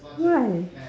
why